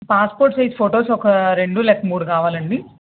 passport size photos ఒక రెండు లేకపోతే మూడు కావాలండి